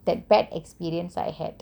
that bad experience I had